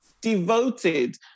devoted